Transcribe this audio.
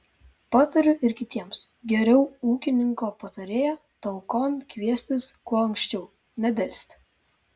patariu ir kitiems geriau ūkininko patarėją talkon kviestis kuo anksčiau nedelsti